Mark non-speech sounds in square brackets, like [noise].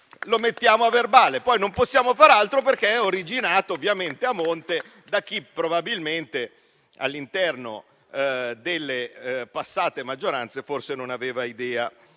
lo mettiamo a verbale. [applause] Poi non possiamo far altro, perché è originato a monte da chi, probabilmente, all'interno delle passate maggioranze, forse non aveva idea